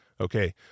Okay